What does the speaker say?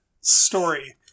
story